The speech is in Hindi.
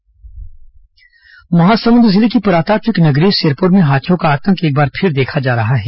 हाथी आतंक महासमुंद जिले की पुरातात्विक नगरी सिरपुर में हाथियों का आतंक एक बार फिर देखा जा रहा है